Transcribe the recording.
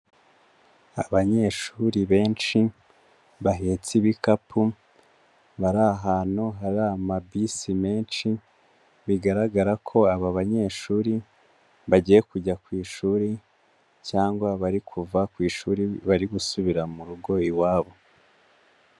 Abanyeshuri benshi bahetse ibikapu, bari ahantu hari amabisi menshi, bigaragara ko aba banyeshuri bagiye kujya ku ishuri cyangwa bari kuva ku ishuri bari gusubira mu rugo iwabo.